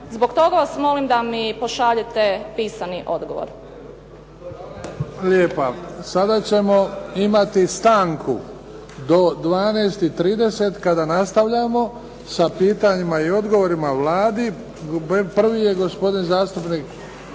Zbog toga vas molim da mi pošaljete pisani odgovor. **Bebić, Luka (HDZ)** Hvala lijepa. Sada ćemo imati stanku do 12,30 kada nastavljamo sa pitanjima i odgovorima Vladi. Prvi je gospodin zastupnik